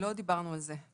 לא דיברנו על זה.